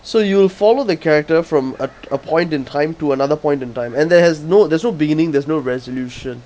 so you will follow the character from a a point in time to another point in time and there's no there's no beginning there's no resolution